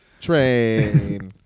Train